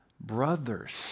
brothers